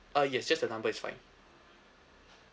ah yes just the number is fine